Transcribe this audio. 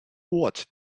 what